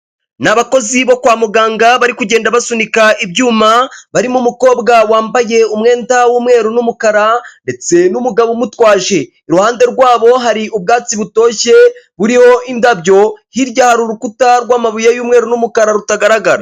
Ni abakozi bo kwa muganga bari kugenda basunika ibyuma, barimo umukobwa wambaye umwenda w'umweru n'umukara ndetse n'umugabo umutwaje, iruhande rwabo hari ubwatsi butoshye buriho indabyo, hirya hari urukuta rw'amabuye y'umweru n'umukara rutagaragara.